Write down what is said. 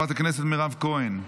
חברת הכנסת מירב כהן,